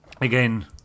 again